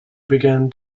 began